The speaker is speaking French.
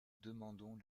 demandons